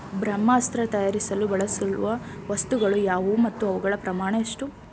ಬ್ರಹ್ಮಾಸ್ತ್ರ ತಯಾರಿಸಲು ಬಳಸುವ ವಸ್ತುಗಳು ಯಾವುವು ಮತ್ತು ಅವುಗಳ ಪ್ರಮಾಣ ಎಷ್ಟು?